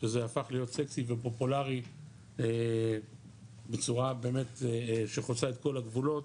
שזה הפך להיות סקסי ופופולארי בצורה שבאמת חוצה את כל הגבולות,